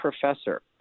professor